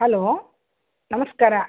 hello ನಮಸ್ಕಾರ